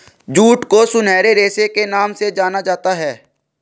jute को सुनहरे रेशे के नाम से जाना जाता है